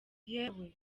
yewe